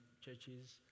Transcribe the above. churches